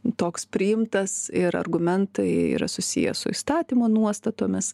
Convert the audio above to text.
toks priimtas ir argumentai yra susiję su įstatymo nuostatomis